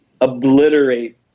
obliterate